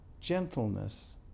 gentleness